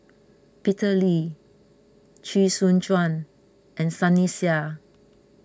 Peter Lee Chee Soon Juan and Sunny Sia